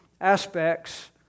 aspects